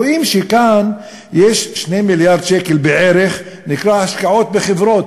רואים שיש כאן 2 מיליארד שקל בערך למה שנקרא "השקעות בחברות".